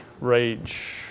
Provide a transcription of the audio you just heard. Rage